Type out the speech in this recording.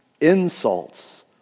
insults